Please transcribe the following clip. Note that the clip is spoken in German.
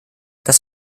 das